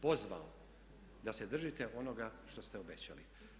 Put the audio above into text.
Pozvao da se držite onoga što ste obećali.